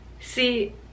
See